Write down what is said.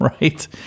right